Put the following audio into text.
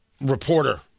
reporter